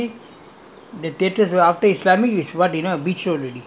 but you were saying the islamic after the islamic they definitely